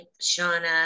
Shauna